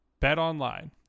BetOnline